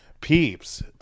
Peeps